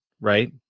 right